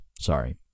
Sorry